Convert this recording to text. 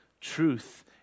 truth